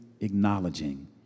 acknowledging